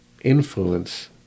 influence